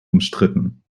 umstritten